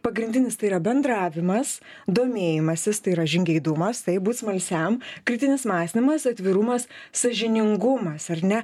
pagrindinis tai yra bendravimas domėjimasis tai yra žingeidumas taip būt smalsiam kritinis mąstymas atvirumas sąžiningumas ar ne